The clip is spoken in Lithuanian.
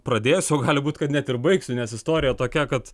pradėsiu o gali būt kad net ir baigsiu nes istorija tokia kad